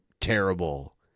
terrible